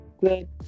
good